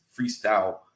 freestyle